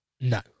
No